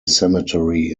cemetery